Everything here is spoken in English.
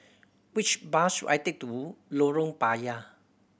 which bus should I take to Lorong Payah